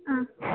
ആ